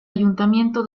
ayuntamiento